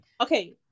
Okay